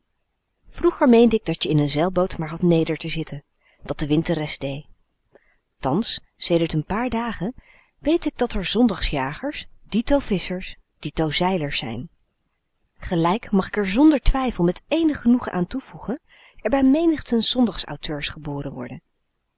vroeger meende k dat je in n zeilboot maar had neder te zitten dat de wind de rest dee thans sedert n paar dagen wéét k dat r zondags jagers dito visschers die zei er zijn gelijk mag ik er zonder twijfel met eenig genoegen aan toevoegen er bij menigten zondags auteurs geboren worden